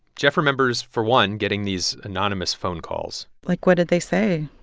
jeff remembers, for one, getting these anonymous phone calls like, what did they say?